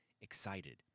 excited